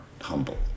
humble